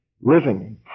living